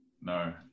no